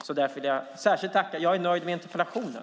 Jag är nöjd med interpellationen.